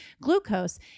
glucose